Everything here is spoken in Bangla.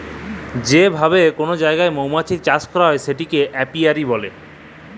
যে ভাবে কল জায়গায় মমাছির চাষ ক্যরা হ্যয় সেটাকে অপিয়ারী ব্যলে